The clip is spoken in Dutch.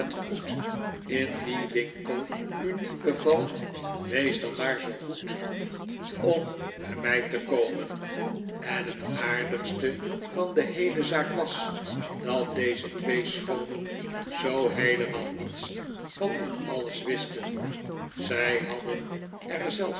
goed in dien winkel u niet bevalt wees dan maar zoo goed bij mij te komen en het aardigste van de heele zaak was dat deze twee schoonen zoo heelemaal niets van dit alles wisten zij hadden er zelfs